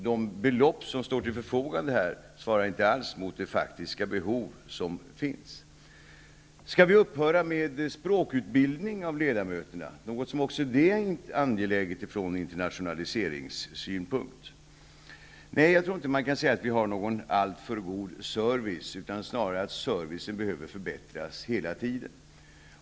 De belopp som står till förfogande här svarar tvärtom inte alls mot det faktiska behov som finns. Skall vi upphöra med språkutbildning av ledamöterna? Det är något som också är angeläget ur internationaliseringssynpunkt. Nej, jag tror inte att man kan säga att vi har en alltför god service. Det är snarare så att servicen behöver förbättras hela tiden.